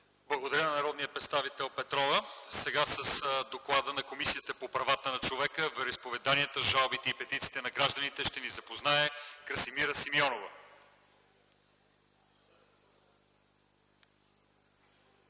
Благодаря на народния представител Петрова. С доклада на Комисията по правата на човека, вероизповеданията, жалбите и петициите на гражданите ще ни запознае Красимира Симеонова.